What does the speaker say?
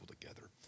together